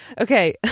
okay